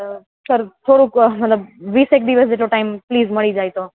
sir થોડુંક મતલબ વીસ એક દિવસ જેટલો ટાઈમ પ્લીઝ મળી જાય તો